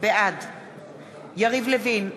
בעד יריב לוין,